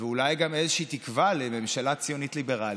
ואולי גם איזושהי תקווה לממשלה ציונית ליברלית,